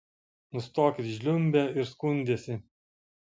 nustokit žliumbę ir skundęsi